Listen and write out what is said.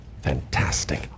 Fantastic